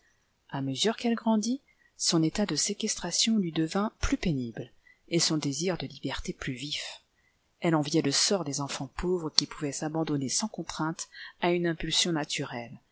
a mesure qu'elle grandit son état de séquestration lui devint plus pénible et son désir de liberté plus vif elle enviait le sort des enfants pauvres qui pouvaient s'abandonner sans contrainte à une impulsion naturelle